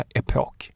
epok